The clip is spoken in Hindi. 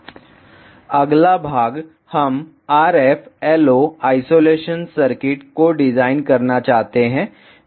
vlcsnap 2018 09 20 14h51m06s318 अगला भाग हम RF LO आइसोलेशन सर्किट को डिजाइन करना चाहते हैं